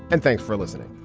and thanks for listening